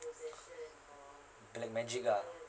black magic ah